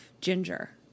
Ginger